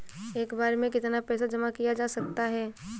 एक बार में कितना पैसा जमा किया जा सकता है?